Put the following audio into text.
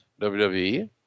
WWE